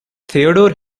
theodore